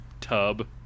tub